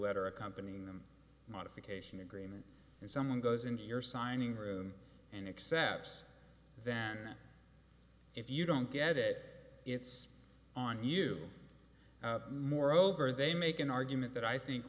letter accompanying them modification agreement and someone goes into your signing room and accepts then if you don't get it it's on you moreover they make an argument that i think